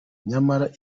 nyamara